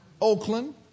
Oakland